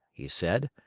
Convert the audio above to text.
he said,